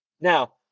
Now